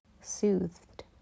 soothed